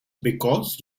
because